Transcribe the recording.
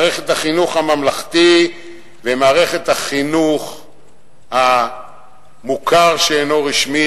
מערכת החינוך הממלכתי ומערכת החינוך המוכר שאינו רשמי,